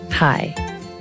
Hi